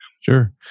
Sure